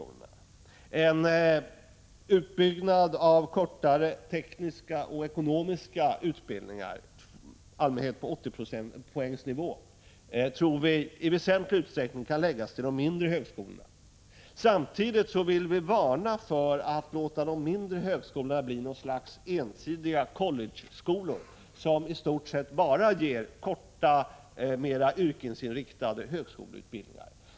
Vi tror att en utbyggnad av kortare tekniska och ekonomiska utbildningar — i allmänhet på 80-poängsnivån — i väsentlig utsträckning kan förläggas till de mindre högskolorna. Vi vill samtidigt varna för att låta de mindre högskolorna bli något slags ensidiga skolor av college-typ, som i stort sett bara ger korta, mera yrkesinriktade högskoleutbildningar.